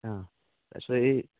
অঁ তাৰ পিছত এই